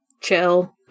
chill